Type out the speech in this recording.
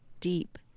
deep